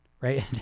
right